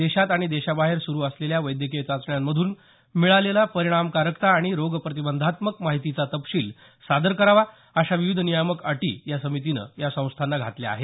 देशात आणि देशाबाहेर सुरू असलेल्या वैद्यकीय चाचण्यांमधून मिळालेला परिणामकारकता आणि रोगप्रतिबंधात्मक माहितीचा तपशील सादर करावा अशा विविध नियामक अटी या समितीनं या संस्थांना घातल्या आहेत